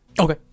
okay